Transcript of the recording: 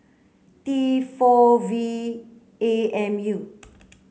T four V A M U